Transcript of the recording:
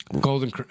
golden